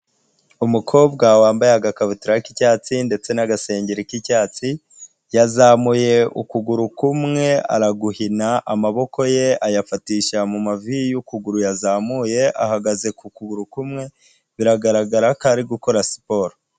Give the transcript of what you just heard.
Umukobwa wambaye agakabutura k'icyatsi ndetse n'agasengeri k'icyatsi, yazamuye ukuguru kumwe araguhina amaboko ye ayafatisha mu mavi y'ukuguru yazamuye ahagaze ku kuguru kumwe biragaragara ko ari gukora siporo.